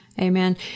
Amen